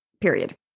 Period